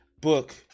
book